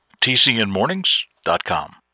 TCNmornings.com